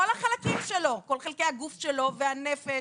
כל החלקים שלו כל חלקי הגוף שלו והנפש